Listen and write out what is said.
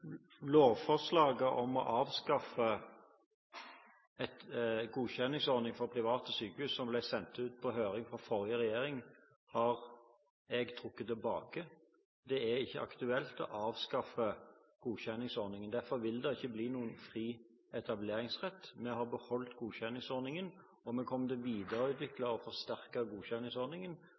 som ble sendt ut på høring av forrige regjering, har jeg trukket tilbake. Det er ikke aktuelt å avskaffe godkjenningsordningen. Derfor vil det ikke bli noen fri etableringsrett. Vi har beholdt godkjenningsordningen, og vi kommer til å videreutvikle og forsterke godkjenningsordningen,